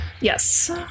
Yes